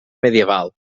medieval